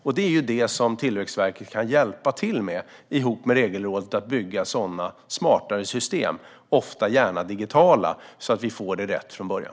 Tillväxtverket tillsammans med Regelrådet kan hjälpa till med att bygga smartare system, gärna ofta digitala, så att det blir rätt från början.